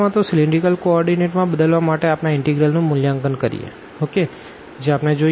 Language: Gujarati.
તો સીલીન્દ્રીકલ કો ઓર્ડીનેટમાં બદલવા માટે આપણે આ ઇનટેગ્રલ નું મૂલ્યાંકન કરીએ